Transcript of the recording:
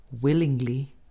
willingly